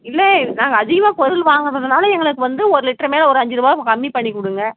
இல்ல நாங்கள் அதிகமாக பொருள் வாங்குறதுனால எங்களுக்கு வந்து ஒரு லிட்டருமே ஒரு அஞ்சுரூவா கம்மி பண்ணி கொடுங்க